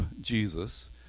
Jesus